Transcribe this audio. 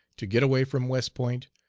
to get away from west point,